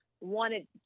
wanted